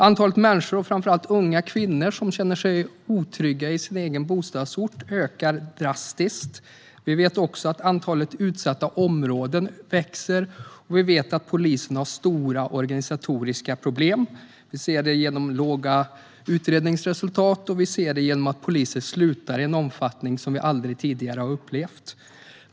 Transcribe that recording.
Antalet människor, framför allt unga kvinnor, som känner sig otrygga i sin egen bostadsort ökar drastiskt. Vi vet också att antalet utsatta områden växer, och vi vet att polisen har stora organisatoriska problem. Vi ser det genom låga utredningsresultat, och vi ser det genom att poliser slutar i en omfattning som vi aldrig tidigare har upplevt.